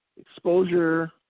exposure